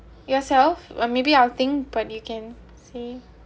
yourself or maybe I'll think but you can say